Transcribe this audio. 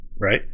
right